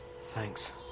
Thanks